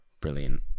Brilliant